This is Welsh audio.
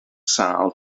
sâl